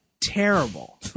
terrible